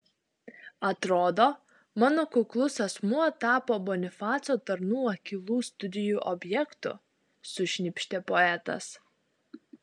atrodo mano kuklus asmuo tapo bonifaco tarnų akylų studijų objektu sušnypštė poetas